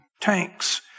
tanks